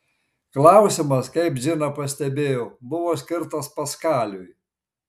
klausimas kaip džina pastebėjo buvo skirtas paskaliui